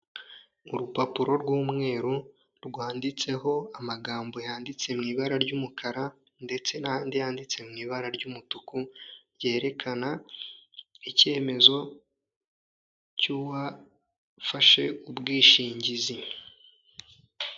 Urupapuro rw'umweru rwanditseho amagambo yanditse mu ibara ry'umukara, ndetse n'andi yanditse mu ibara ry'umutuku ryerekana icyemezo cy'uwafashe ubwishingizi.